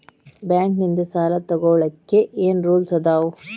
Bank ನಿಂದ್ ಸಾಲ ತೊಗೋಳಕ್ಕೆ ಏನ್ ರೂಲ್ಸ್ ಅದಾವ?